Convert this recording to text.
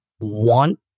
want